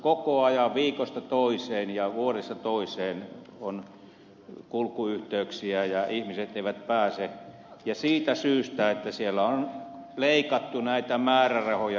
koko ajan viikosta toiseen ja vuodesta toiseen on huonoja kulkuyhteyksiä ja ihmiset eivät pääse kulkemaan ja siitä syystä että siellä on leikattu näitä määrärahoja